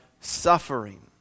suffering